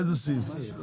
איזה סעיף?